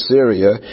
Syria